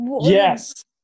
Yes